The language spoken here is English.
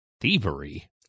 Thievery